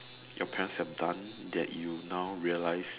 your parents have done that you now realize